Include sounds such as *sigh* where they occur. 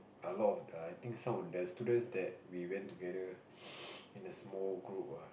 a lot of the some of the students that we went together *noise* in a small group ah